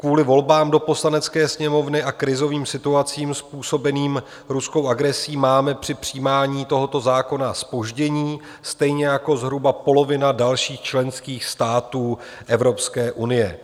Kvůli volbám do Poslanecké sněmovny a krizovým situacím způsobeným ruskou agresí máme při přijímání tohoto zákona zpoždění, stejně jako zhruba polovina dalších členských států Evropské unie.